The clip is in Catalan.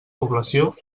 població